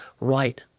right